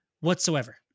whatsoever